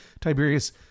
Tiberius